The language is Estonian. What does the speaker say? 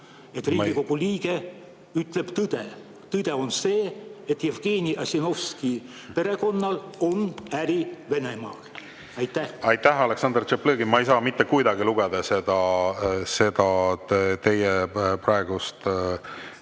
et Riigikogu liige räägib tõtt. Tõde on see, et Jevgeni Ossinovski perekonnal on äri Venemaal. Aitäh! Aleksandr Tšaplõgin, ma ei saa mitte kuidagi lugeda seda teie praegust